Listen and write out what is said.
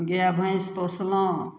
गाइ भैँस पोसलहुँ